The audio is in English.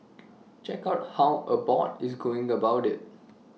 check out how Abbott is going about IT